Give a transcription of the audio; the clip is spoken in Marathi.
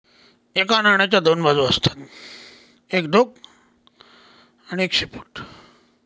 एका नाण्याच्या दोन बाजू असतात एक डोक आणि एक शेपूट